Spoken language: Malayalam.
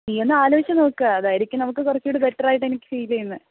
നീയൊന്ന് ആലോചിച്ച് നോക്ക് അതായിരിക്കും നമുക്ക് കുറച്ചുകൂടി ബെറ്റർ ആയിട്ട് എനിക്ക് ഫീൽ ചെയ്യുന്നത്